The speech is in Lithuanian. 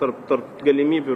tarp tarp galimybių